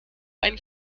einen